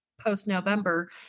post-November